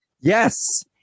Yes